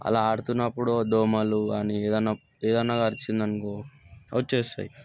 అలా ఆడుతున్నప్పుడు దోమలు కానీ ఏదన్నా కరిచిందనుకో వచ్చేస్తాయి